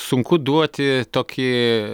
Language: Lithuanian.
sunku duoti tokį